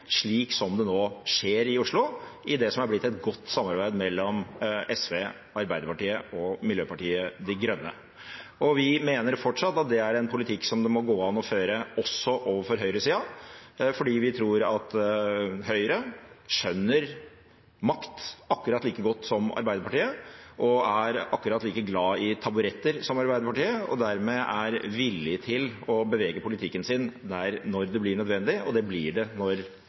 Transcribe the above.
Miljøpartiet De Grønne. Vi mener fortsatt at det er en politikk som det må gå an å føre også overfor høyresiden, fordi vi tror at Høyre skjønner makt akkurat like godt som Arbeiderpartiet, er akkurat like glad i taburetter som Arbeiderpartiet og dermed villig til å bevege politikken sin der når det blir nødvendig, og det blir det når